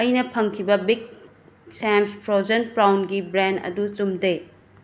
ꯑꯩꯅ ꯐꯪꯈꯤꯕ ꯕꯤꯒ ꯁꯦꯝꯁ ꯐ꯭ꯔꯣꯖꯟ ꯄ꯭ꯔꯥꯎꯟꯒꯤ ꯕ꯭ꯔꯦꯟ ꯑꯗꯨ ꯆꯨꯝꯗꯦ